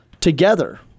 together